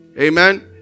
Amen